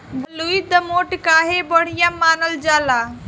बलुई दोमट काहे बढ़िया मानल जाला?